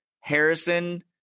Harrison